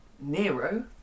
Nero